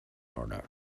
order